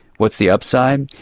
what's the upside?